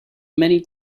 many